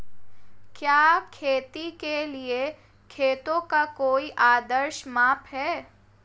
क्या खेती के लिए खेतों का कोई आदर्श माप है?